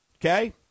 Okay